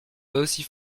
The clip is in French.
aussi